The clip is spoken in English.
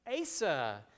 Asa